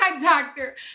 doctor